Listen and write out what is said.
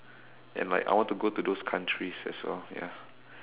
and like I want to go to those countries as well ya